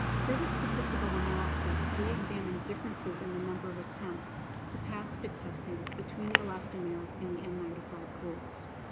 for the statistical analysis, we examined differences in the number of attempts to pass fit testing between the elastomeric and the n nine five groups.